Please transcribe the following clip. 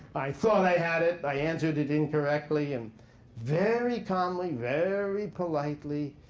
i thought i had it. i answered it incorrectly. and very calmly, very politely,